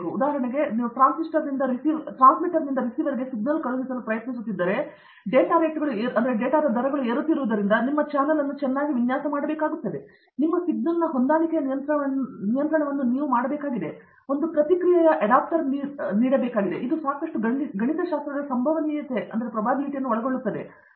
ಉದಾಹರಣೆಗೆ ನೀವು ಟ್ರಾನ್ಸ್ಮಿಟರ್ನಿಂದ ರಿಸೀವರ್ಗೆ ಸಿಗ್ನಲ್ ಕಳುಹಿಸಲು ಪ್ರಯತ್ನಿಸುತ್ತಿದ್ದರೆ ಡಾಟಾ ದರಗಳು ಏರುತ್ತಿರುವುದರಿಂದ ನಿಮ್ಮ ಚಾನಲ್ ಅನ್ನು ಚೆನ್ನಾಗಿ ವಿನ್ಯಾಸ ಮಾಡಬೇಕಾಗುತ್ತದೆ ನಿಮ್ಮ ಸಿಗ್ನಲ್ನ ಹೊಂದಾಣಿಕೆಯ ನಿಯಂತ್ರಣವನ್ನು ನೀವು ಮಾಡಬೇಕಾಗಿದೆ ಒಂದು ಪ್ರತಿಕ್ರಿಯೆ ಅಡಾಪ್ಟರ್ ನೀವು ನೀಡಬೇಕಾಗಿದೆ ಇದು ಸಾಕಷ್ಟು ಗಣಿತಶಾಸ್ತ್ರದ ಸಂಭವನೀಯತೆಯನ್ನು ಒಳಗೊಳ್ಳುತ್ತದೆ